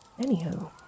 Anywho